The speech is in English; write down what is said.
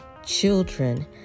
children